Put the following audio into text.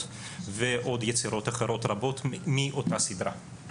ועוד יצירות רבות אחרות מאותה סדרה.